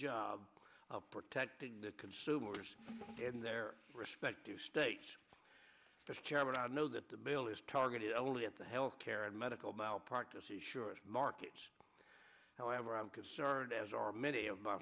job of protecting the consumers in their respective states the chairman i know that the bill is targeted only at the health care and medical malpractise insurance markets however i'm concerned as are many of my